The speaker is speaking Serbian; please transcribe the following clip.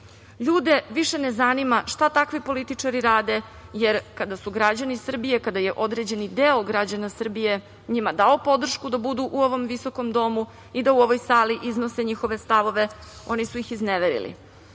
više ne zanima šta takvi političari rade, jer kada su građani Srbije, kada je određeni deo građana Srbije njima dao podršku da budu u ovom visokom domu i da u ovoj sali iznose njihove stavove, oni su ih izneverili. Sada